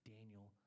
Daniel